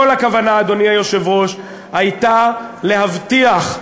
כל הכוונה, אדוני היושב-ראש, הייתה להבטיח,